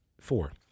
four